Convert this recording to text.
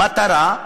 יש.